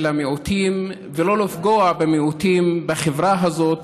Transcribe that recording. המיעוטים ולא לפגוע במיעוטים בחברה הזאת,